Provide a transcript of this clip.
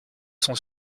sont